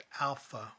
Alpha